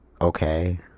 okay